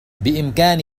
بإمكان